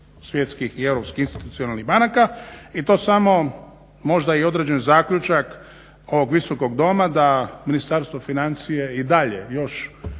svjetskih i europskih institucionalnih banaka i to samo možda i određen zaključak ovog Visokog doma da Ministarstvo financija i dalje još